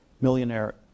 millionaire